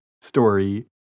story